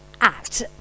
act